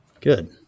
Good